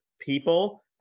people